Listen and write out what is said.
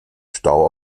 stau